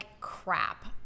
crap